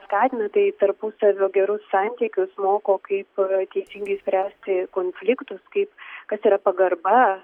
skatina tai tarpusavio gerus santykius moko kaip teisingai spręsti konfliktus kaip kas yra pagarba